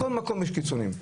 בכל מקום יש קיצונים,